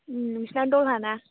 नोंसोरना दहा ना